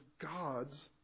God's